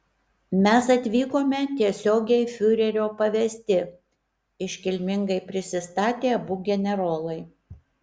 mes atvykome tiesiogiai fiurerio pavesti iškilmingai prisistatė abu generolai